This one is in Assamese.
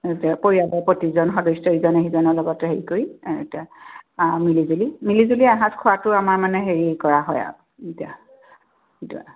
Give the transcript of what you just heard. গোটেই পৰিয়ালৰ প্ৰতিজন সদস্যই ইজনে সিজনৰ লগত হেৰি কৰি মিলিজুলি মিলিজুলি এসাঁজ খোৱাতো আমাৰ মানে হেৰি কৰা হয় আৰু